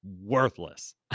worthless